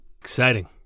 Exciting